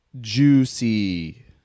juicy